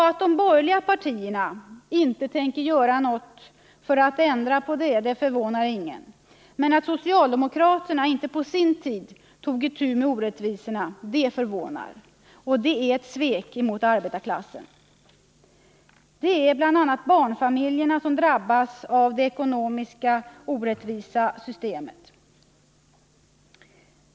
Att de borgerliga partierna inte tänker göra något för att ändra detta förvånar ingen, men att socialdemokraterna på sin tid inte tog itu med orättvisorna förvånar. Och det är ett svek mot arbetarklassen. Bl. a. barnfamiljerna drabbas av det orättvisa systemet.